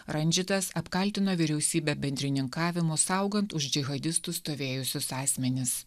randžitas apkaltino vyriausybę bendrininkavimu saugant už džihadistų stovėjusius asmenis